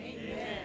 Amen